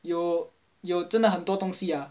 有有真的很多东西呀